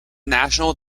national